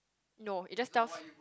no it just tells